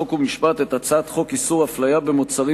חוק ומשפט את הצעת חוק איסור הפליה במוצרים,